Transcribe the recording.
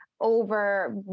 over